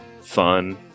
fun